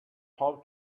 how